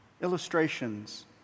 illustrations